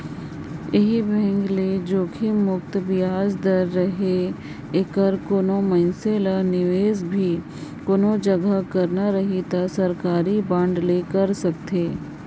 ऐही एंग ले जोखिम मुक्त बियाज दर रहें ऐखर कोनो मइनसे ल निवेस भी कोनो जघा करना रही त सरकारी बांड मे कइर सकथे